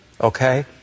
Okay